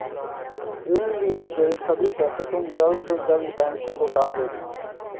ऋण लिए गए सभी पैसे तुम जल्द से जल्द बैंक को लौटा देना